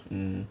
mm